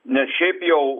nes šiaip jau